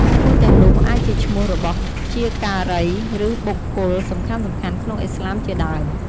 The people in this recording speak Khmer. ឈ្មោះទាំងនោះអាចជាឈ្មោះរបស់ព្យាការី និងបុគ្គលសំខាន់ៗក្នុងឥស្លាមជាដើម។